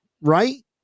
right